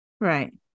Right